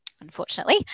unfortunately